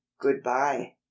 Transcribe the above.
Goodbye